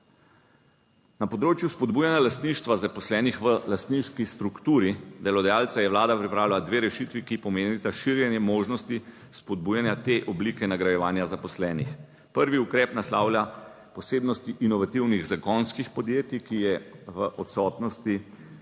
Na področju spodbujanja lastništva zaposlenih v lastniški strukturi delodajalca je vlada pripravila dve rešitvi, ki pomenita širjenje možnosti spodbujanja te oblike nagrajevanja zaposlenih. Prvi ukrep naslavlja posebnosti inovativnih zagonskih podjetij, ki je v odsotnosti